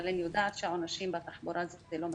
אבל אני יודעת שהעונשים בתחבורה זה לא מספיק.